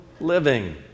living